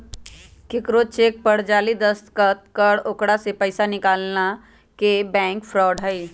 केकरो चेक पर जाली दस्तखत कर ओकरा से पैसा निकालना के बैंक फ्रॉड हई